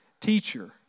teacher